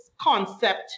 concept